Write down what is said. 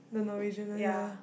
the Norwegian one yeah